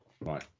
Right